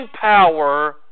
power